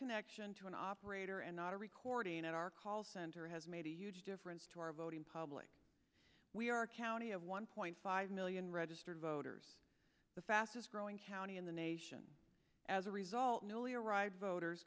connection to an operator and not a recording at our call center has made a huge difference to our voting public we are county of one point five million registered voters the fastest growing county in the nation as a result newly arrived voters